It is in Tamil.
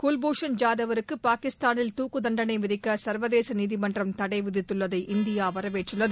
குல்பூஷன் ஜாதவுக்கு பாகிஸ்தானில் துக்கு தண்டணை விதிக்க சர்வதேச நீதிமன்றம் தடை விதித்துள்ளதை இந்தியா வரவேற்றுள்ளது